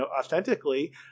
authentically